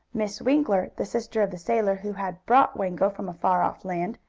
miss winkler, the sister of the sailor who had brought wango from a far-off land,